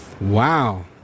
Wow